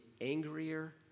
angrier